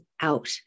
out